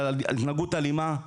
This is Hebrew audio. על התנהגות אלימה,